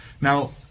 Now